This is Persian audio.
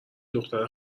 دختر